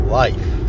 life